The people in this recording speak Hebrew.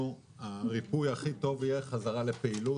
שהריפוי הכי טוב יהיה חזרה לפעילות.